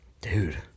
dude